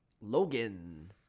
logan